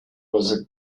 was